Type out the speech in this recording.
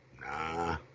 Nah